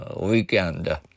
weekend